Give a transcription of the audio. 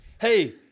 Hey